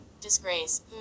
disgrace